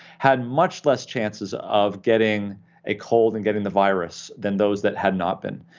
had much less chances of getting a cold and getting the virus than those that had not been.